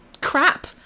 crap